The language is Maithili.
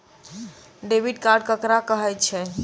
डेबिट कार्ड ककरा कहै छै?